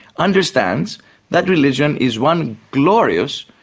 understands that religion is one glorious,